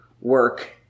work